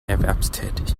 erwerbstätig